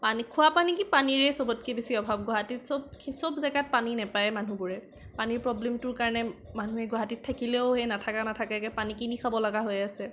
খোৱাপানী কি পানীৰে চবতকৈ বেছি অভাৱ গুৱাহাটীত চব চব জেগাত পানী নেপায়েই মানুহবোৰে পানীৰ প্ৰবলেমটোৰ কাৰণে মানুহে গুৱাহাটীত থাকিলেও এই নাথাকা নাথাকাকৈ পানী কিনি খাবলগীয়া হৈ আছে